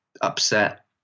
upset